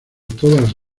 todas